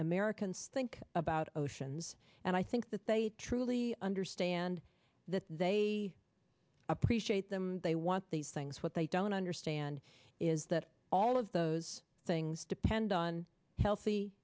americans think about oceans and i think that they truly understand that they appreciate them they want these things what they don't understand is that all of those things depend on healthy